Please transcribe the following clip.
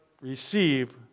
receive